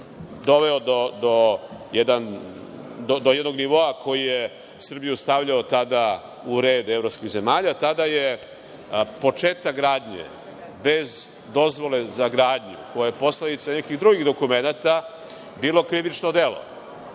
doveo do jednog nivoa koji je Srbiju stavljao tada u red evropskih zemalja. Tada je početak gradnje bez dozvole za gradnju koja je posledica nekih drugih dokumenata bilo krivično delo.